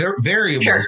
variables